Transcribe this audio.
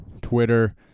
Twitter